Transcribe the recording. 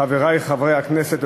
חברי חברי הכנסת,